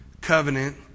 covenant